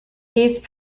these